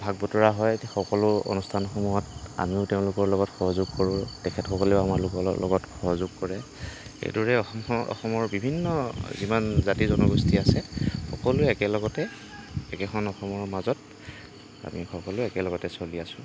ভাগ বতৰা হয় সকলো অনুস্থানসমূহত আমিও তেওঁলোকৰ লগত সহযোগ কৰোঁ তেখেতসকলেও আমাৰ লোকৰ লগ লগত সহযোগ কৰে এইদৰে অসমৰ অসমৰ বিভিন্ন যিমান জাতি জনগোষ্ঠী আছে সকলোৱে একেলগতে একেখন অসমৰ মাজত আমি সকলো একেলগতে চলি আছো